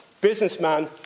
businessman